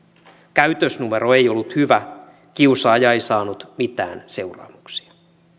käytösnumero ei ollut hyvä kiusaaja ei saanut mitään seurauksia